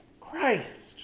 Christ